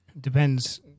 depends